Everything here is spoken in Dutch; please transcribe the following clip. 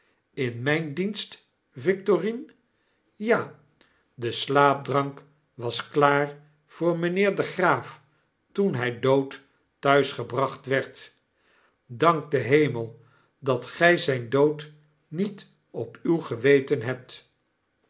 in mgn dienst victorine ja de slaapdrank was klaar voor mynheer den graaf toen hg dood thuis gebracht werd dank den hemel dat gg zijn doodnietop uw geweten hebt